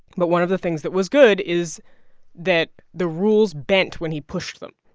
but one of the things that was good is that the rules bent when he pushed them.